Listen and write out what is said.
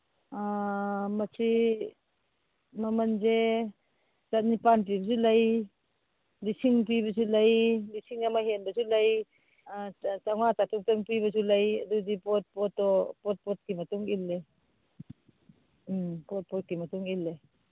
ꯃꯁꯤ ꯃꯃꯟꯁꯦ ꯆꯅꯤꯄꯥꯟ ꯄꯤꯕꯁꯨ ꯂꯩ ꯂꯤꯁꯤꯡ ꯄꯤꯕꯁꯨ ꯂꯩ ꯂꯤꯁꯤꯡ ꯑꯃ ꯍꯦꯟꯕꯁꯨ ꯂꯩ ꯆꯧꯉꯥ ꯆꯥꯇ꯭ꯔꯨꯛꯇꯪ ꯄꯤꯕꯁꯨ ꯂꯩ ꯑꯗꯨꯗꯤ ꯄꯣꯠ ꯄꯣꯠꯇꯣ ꯄꯣꯠ ꯄꯣꯠꯀꯤ ꯃꯇꯨꯡ ꯏꯜꯂꯦ ꯎꯝ ꯄꯣꯠ ꯄꯣꯠꯀꯤ ꯃꯇꯨꯡ ꯏꯜꯂꯦ